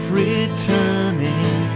returning